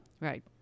Right